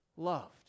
loved